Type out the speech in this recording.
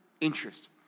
interest